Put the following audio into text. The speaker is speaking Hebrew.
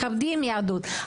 מכבדים יהדות,